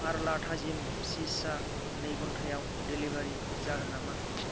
Arla थाजिम चिसआ नै घन्टायाव डेलिबारि जागोन नामा